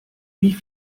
wie